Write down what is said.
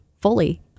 fully